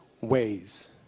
ways